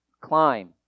climb